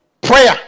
prayer